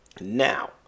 Now